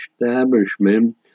establishment